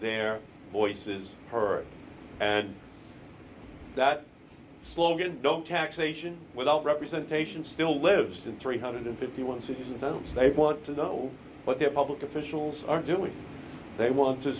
their voices heard that slogan don't taxation without representation still lives in three hundred and fifty one citizens though they want to know what their public officials are doing they want to